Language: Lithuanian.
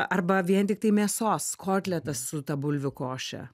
arba vien tiktai mėsos kotletas su ta bulvių koše